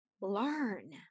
learn